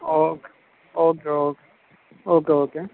okay okay okay okay okay